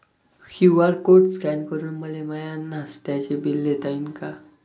QR code scan करून मले माय नास्त्याच बिल देता येईन का?